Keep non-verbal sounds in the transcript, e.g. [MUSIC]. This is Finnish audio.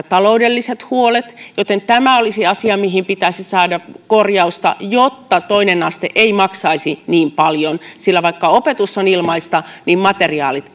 [UNINTELLIGIBLE] taloudelliset huolet joten tämä olisi asia mihin pitäisi saada korjausta jotta toinen aste ei maksaisi niin paljon sillä vaikka opetus on ilmaista niin materiaalit [UNINTELLIGIBLE]